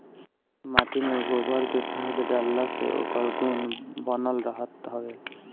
माटी में गोबर के खाद डालला से ओकर गुण बनल रहत हवे